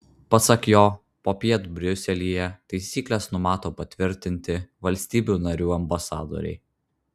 pasak jo popiet briuselyje taisykles numato patvirtinti valstybių narių ambasadoriai